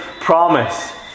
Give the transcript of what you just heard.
promise